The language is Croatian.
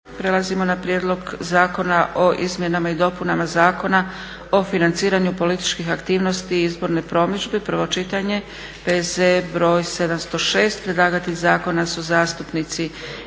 (SDP)** Prijedlog zakona o izmjenama i dopunama Zakona o financiranju političkih aktivnosti i izborne promidžbe, prvo čitanje, P.Z. br. 706. Predlagatelji su zastupnici: